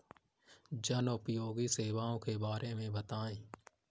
जनोपयोगी सेवाओं के बारे में बताएँ?